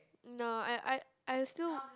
no I I I still